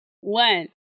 One